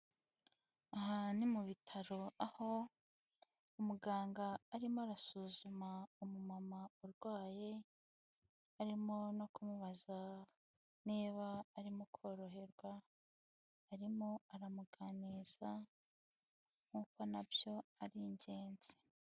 Aha ni mu bitaro aho umuganga arimo arasuzuma umumama urwaye, arimo no kumubaza niba arimo koroherwa, arimo aramuganiriza nk'uko nabyo ari ingenzi.